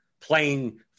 playing